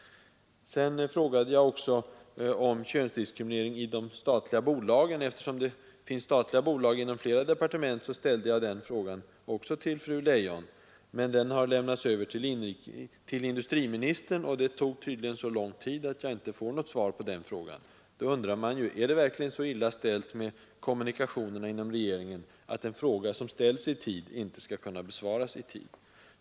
Sedan frågade jag också om köndiskriminering i de statliga bolagen. Eftersom det finns statliga bolag inom flera departement ställde jag den här frågan också till fru Leijon, men den har lämnats över till industriministern, och det tog tydligen så lång tid att jag inte får något svar på den frågan. Är det verkligen så illa ställt med kommunikationerna inom regeringen att en fråga som ställs i tid inte skall kunna besvaras i tid?